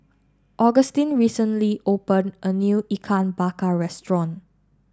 Agustin recently opened a new Ikan Bakar Restaurant